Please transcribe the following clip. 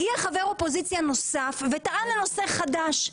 הגיע חבר אופוזיציה נוסף וטען לנושא חדש.